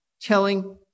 Telling